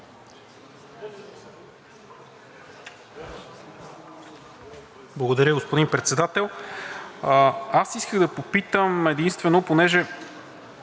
Благодаря, господин Председател. Аз исках да попитам единствено, понеже